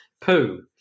poo